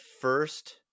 first